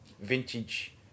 vintage